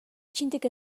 txintik